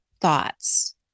thoughts